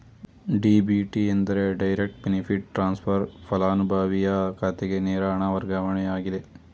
DBT ಎಂದರೆ direct benefit transfer, ಪಲಾನುಭವಿಯ ಖಾತೆಗೆ ನೇರ ಹಣ ವರ್ಗಾವಣೆಯಾಗಿದೆ